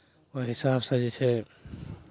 ओहि हिसाबसँ जे छै